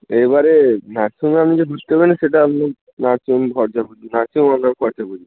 এবারে ম্যাক্সিমাম সেটা আপনি